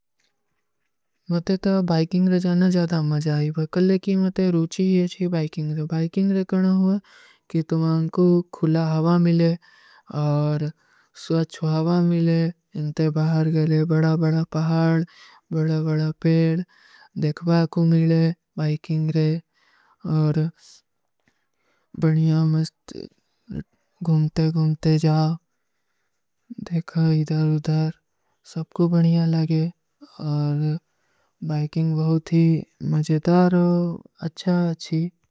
ମୁଝେ ତୋ ବାଇକିଂଗ ରେ ଜାନା ଜ୍ଯାଦା ମଜା ଆଈବା। କଲେ କୀ ମୁଝେ ରୂଚୀ ଯେଶୀ ବାଇକିଂଗ ରେ। ବାଇକିଂଗ ରେ କାନା ହୁଆ କି ତୁମ୍ହାଂ କୋ ଖୁଲା ହାଵା ମିଲେ ବଡା ବଡା ପହାଡ, ବଡା ବଡା ପେଡ, ଦେଖ ଵାକୂ ମିଲେ ବାଇକିଂଗ ରେ। ବଢିଯାଂ ମସ୍ତେ, ଗୁମ୍ତେ ଗୁଂତେ ଜାଓ, ଦେଖ ହୈ ଇଦାର ଉଦାର, ସବ କୋ ବଢିଯାଂ ଲଗେ। ବାଇକିଂଗ ବହୁତ ହୀ ମଜେଦାର ହୋ, ଅଚ୍ଛା ଅଚ୍ଛୀ।